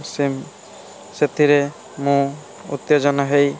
same ସେଥିରେ ମୁଁ ଉତ୍ତେଜନା ହୋଇ